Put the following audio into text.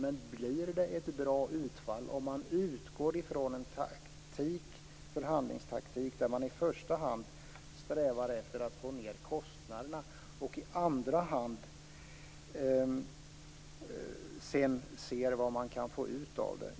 Men blir det ett bra utfall om man utgår från en förhandlingstaktik där man i första hand strävar efter att få ned kostnaderna och i andra hand ser vad man kan få ut?